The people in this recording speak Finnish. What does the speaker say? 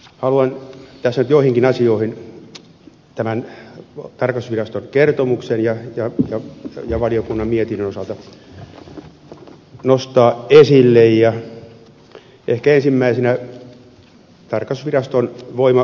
haluan tässä tarkastusviraston kertomuksen ja valiokunnan mietinnön osalta joitakin asioita nostaa esille ehkä ensimmäisenä tarkastusviraston voimavarakysymyksen